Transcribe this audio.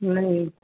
ਨਹੀਂ